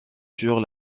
sur